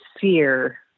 fear